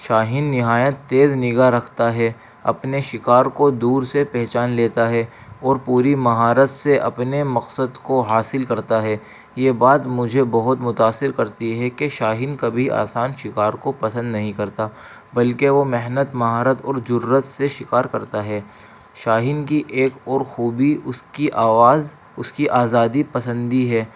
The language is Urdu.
شاہین نہایت تیز نگاہ رکھتا ہے اپنے شکار کو دور سے پہچان لیتا ہے اور پوری مہارت سے اپنے مقصد کو حاصل کرتا ہے یہ بات مجھے بہت متاثر کرتی ہے کہ شاہین کبھی آسان شکار کو پسند نہیں کرتا بلکہ وہ محنت مہارت اور ضرورت سے شکار کرتا ہے شاہین کی ایک اور خوبی اس کی آواز اس کی آزادی پسندی ہے